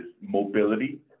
mobility